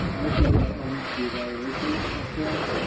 this is a link to the evaluation ah form